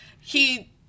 He-